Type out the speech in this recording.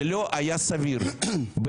זה לא היה סביר ב-1999,